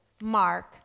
Mark